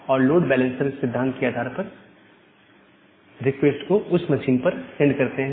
और load balancer सिद्धांत के आधार पर रिक्वेस्ट को उन मशीन पर सेंड करते हैं